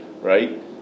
right